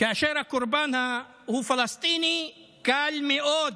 כאשר הקורבן הוא פלסטיני, קל מאוד,